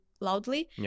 loudly